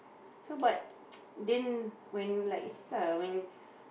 so but then when like you see lah when